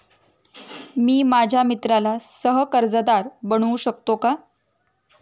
मी माझ्या मित्राला सह कर्जदार बनवू शकतो का?